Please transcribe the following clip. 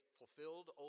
fulfilled